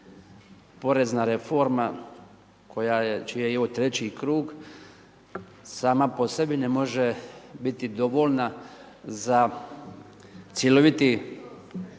porezna reforma koja je, čiji je ovo treći krug, sama po sebi ne može biti dovoljna za cjeloviti